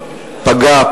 פגע,